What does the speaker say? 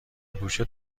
گوشه